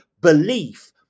belief